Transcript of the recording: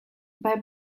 bei